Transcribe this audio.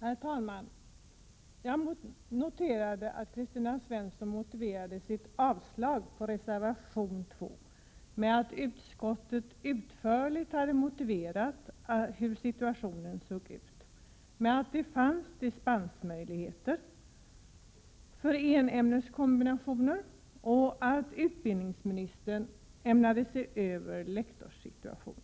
Herr talman! Jag noterade att Kristina Svensson motiverade sitt avslagsyrkande beträffande reservation 2 med att utskottet utförligt hade motiverat hur situationen såg ut men att det fanns dispensmöjligheter för enämneskombinationer och att utbildningsministern ämnade se över lektorssituationen.